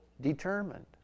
determined